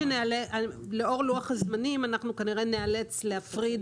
לאור לוח הזמנים אנחנו כנראה ניאלץ להפריד